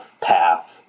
path